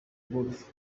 golf